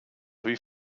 wie